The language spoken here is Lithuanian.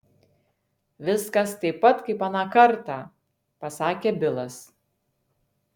viskas taip pat kaip aną kartą pasakė bilas